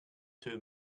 too